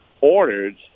ordered